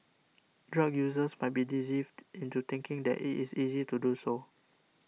drug users might be deceived into thinking that it is easy to do so